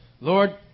Lord